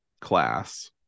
class